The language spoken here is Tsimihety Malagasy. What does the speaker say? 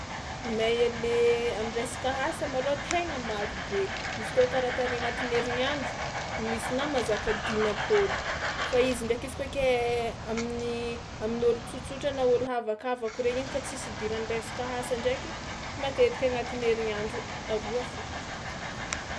Mail an'le am'resaka asa malôha tegna marobe, izy kôa karaha tany agnatin'ny herignandro misy na mahazaka dimampôlo, fa izy ndraiky izy koa akay amin'ny amin'ny ôlo tsotsotra na ôlo havakavako regny igny fa tsisy idiran'ny resaka asa ndraiky matetika agnatin'ny herignandro roa fao.